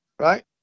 right